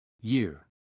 Year